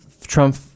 Trump